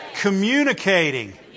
communicating